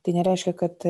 tai nereiškia kad